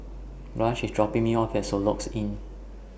Blanch IS dropping Me off At Soluxe Inn